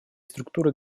структуры